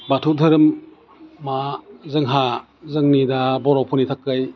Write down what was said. बाथौ दोहोरोमा जोंहा जोंनि दा बर'फोरनि थाखाय